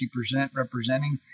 representing